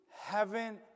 heaven